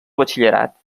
batxillerat